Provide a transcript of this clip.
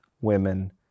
women